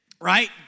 right